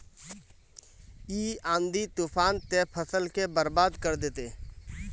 इ आँधी तूफान ते फसल के बर्बाद कर देते?